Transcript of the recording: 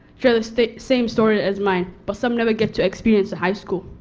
share the same story is mine. but some never get to experience high school.